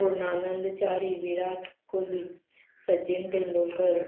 Purnanand Chari Virat Kohli Sachin Tendulkar